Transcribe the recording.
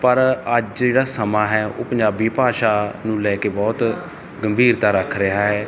ਪਰ ਅੱਜ ਜਿਹੜਾ ਸਮਾਂ ਹੈ ਉਹ ਪੰਜਾਬੀ ਭਾਸ਼ਾ ਨੂੰ ਲੈ ਕੇ ਬਹੁਤ ਗੰਭੀਰਤਾ ਰੱਖ ਰਿਹਾ ਹੈ